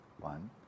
one